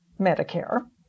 Medicare